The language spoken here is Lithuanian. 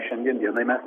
šiandien dienai mes